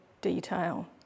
detail